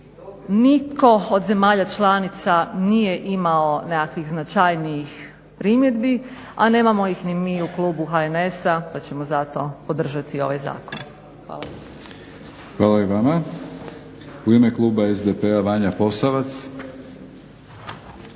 nitko od zemalja članica nije imao nekakvih značajnijih primjedbi, a nemamo ih ni mi u klubu HNS-a pa ćemo zato podržati ovaj zakon. Hvala lijepo. **Batinić, Milorad (HNS)** Hvala i vama. U ime kluba SDP-a Vanja Posavac.